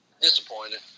Disappointed